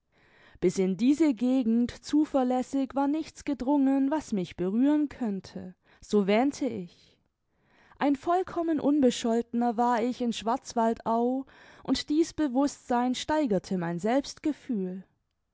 bis in diese gegend zuverlässig war nichts gedrungen was mich berühren könnte so wähnte ich ein vollkommen unbescholtener war ich in schwarzwaldau und dieß bewußtsein steigerte mein selbstgefühl